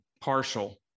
partial